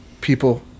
people